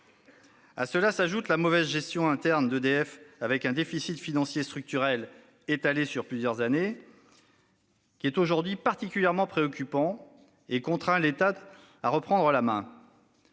À cela s'ajoute la mauvaise gestion interne d'EDF, avec un déficit financier structurel étalé sur plusieurs années. Cette situation particulièrement préoccupante contraint aujourd'hui l'État à reprendre la main.